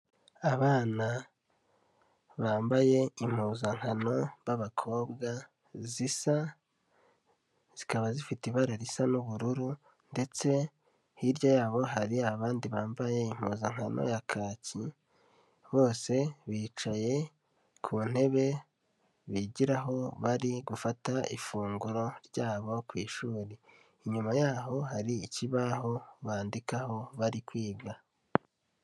Abana bambaye impuzankano b'abakobwa zisa, zikaba zifite ibara risa n'ubururu ndetse hirya yabo hari abandi bambaye impuzankano ya kaki. Bose bicaye ku ntebe bigiraho bari gufata ifunguro ryabo ku ishuri. Inyuma yaho hari ikibaho bandikaho bari kwiga.